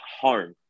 home